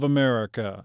America